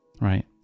Right